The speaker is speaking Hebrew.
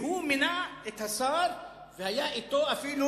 שהוא מינה את השר שלה ואפילו